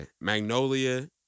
Magnolia